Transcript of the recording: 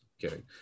Kidding